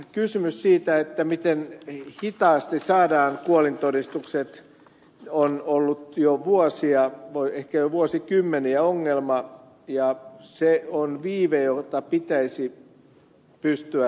tämä kysymys siitä miten hitaasti saadaan kuolintodistukset on ollut jo vuosia ehkä jo vuosikymmeniä ongelma ja se on viive jota pitäisi pystyä lyhentämään